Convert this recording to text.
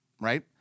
right